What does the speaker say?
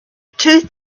two